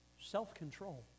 self-control